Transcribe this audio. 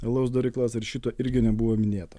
alaus daryklas ir šito irgi nebuvo minėta